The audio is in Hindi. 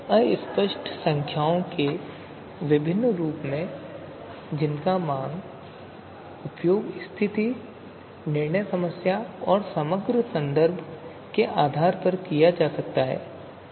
अस्पष्ट संख्याओं के विभिन्न रूप हैं जिनका उपयोग स्थिति निर्णय समस्या और समग्र संदर्भ के आधार पर किया जा सकता है